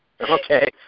Okay